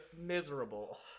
miserable